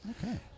Okay